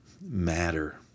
matter